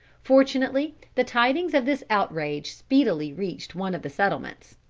fortunately the tidings of this outrage speedily reached one of the settlements.